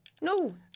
No